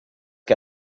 que